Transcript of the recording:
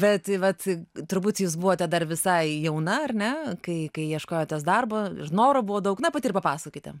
bet tai vat turbūt jūs buvote dar visai jauna ar ne kai kai ieškojotės darbo noro buvo daug na pati ir papasakokite